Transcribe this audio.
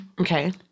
Okay